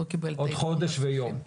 חודש ויום,